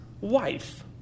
wife